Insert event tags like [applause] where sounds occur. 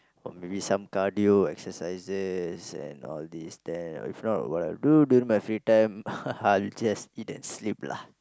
or maybe some cardio exercises and all this then if not what I will do during my free time [laughs] just eat and sleep lah